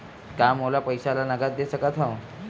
का मोला पईसा ला नगद दे सकत हव?